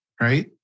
right